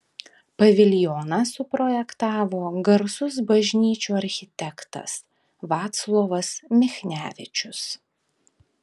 paviljoną suprojektavo garsus bažnyčių architektas vaclovas michnevičius